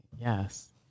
Yes